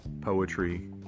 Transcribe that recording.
poetry